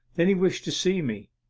then he wished to see me.